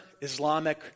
Islamic